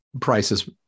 prices